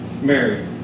Mary